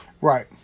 Right